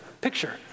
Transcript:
picture